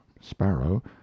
sparrow